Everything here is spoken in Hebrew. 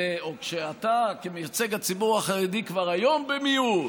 או שאתה, כמייצג הציבור החרדי שכבר היום במיעוט,